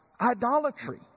idolatry